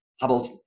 Hubble's